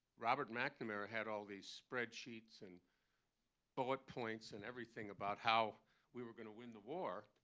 robert mcnamara had all these spreadsheets and bullet points and everything about how we were going to win the war,